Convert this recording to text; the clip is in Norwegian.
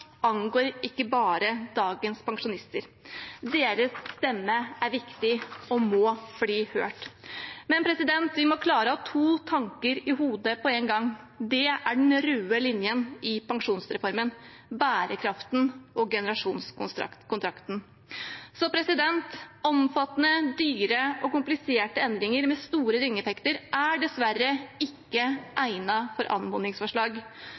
angår ikke bare dagens pensjonister. Deres stemme er viktig og må bli hørt. Vi må klare å ha to tanker i hodet på en gang. Det er den røde linjen i pensjonsreformen: bærekraften og generasjonskontrakten. Omfattende, dyre og kompliserte endringer med store ringeffekter er dessverre ikke egnet for anmodningsforslag.